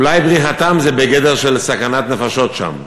אולי בריחתם היא בגדר של סכנת נפשות שם,